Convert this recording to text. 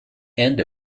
and